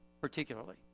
particularly